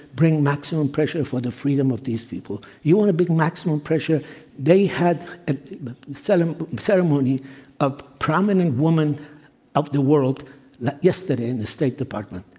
bring maximum pressure for the freedom of these people. you want to bring maximum pressure they have ah so and ceremony of prominent women of the world like yesterday in the state department.